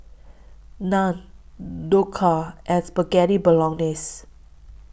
Naan Dhokla and Spaghetti Bolognese